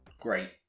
great